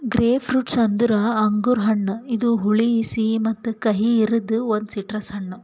grapefruit ಅಂದುರ್ ಅಂಗುರ್ ಹಣ್ಣ ಇದು ಹುಳಿ, ಸಿಹಿ ಮತ್ತ ಕಹಿ ಇರದ್ ಒಂದು ಸಿಟ್ರಸ್ ಹಣ್ಣು